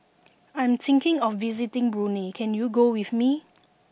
I am thinking of visiting Brunei can you go with me